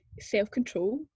self-control